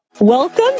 Welcome